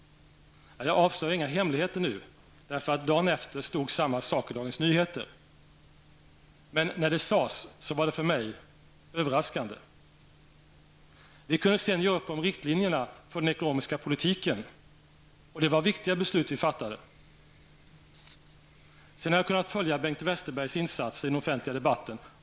Jag avslöjar inga hemligheter nu därför att samma sak stod dagen efter i Dagens Nyheter. Men när det sades var det för mig överraskande. Vi kunde sedan göra upp om riktlinjerna för den ekonomiska politiken. Det var viktiga beslut som vi fattade. Sedan har jag kunnat följa Bengt Westerbergs insatser i den offentliga debatten.